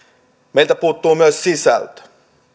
meiltä puuttuu myös sisältö